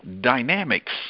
dynamics